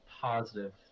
positive